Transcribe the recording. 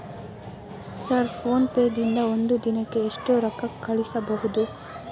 Sir PhonePe ದಿಂದ ಒಂದು ದಿನಕ್ಕೆ ಎಷ್ಟು ರೊಕ್ಕಾ ಕಳಿಸಬಹುದು?